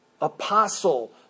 apostle